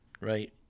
right